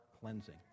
cleansing